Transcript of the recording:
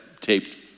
taped